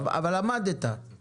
ועוד איך עמדתי.